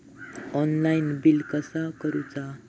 Online bill कसा करुचा?